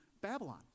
Babylon